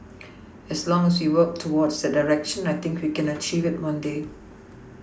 as long as we work towards that direction I think we can achieve it one day